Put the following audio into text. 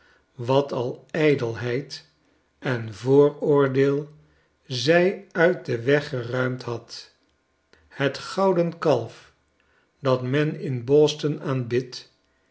wat al ijdelheid en vooroordeel zij uit den weg geruimd had het gouden kalf dat men in